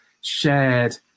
shared